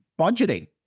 budgeting